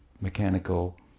mechanical